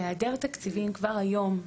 בהעדר תקציבים כבר היום,